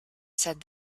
said